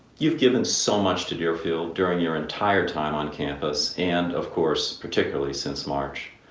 you've given so much to deerfield during your entire time on campus and of course, particularly since march.